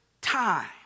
time